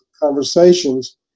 conversations